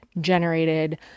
generated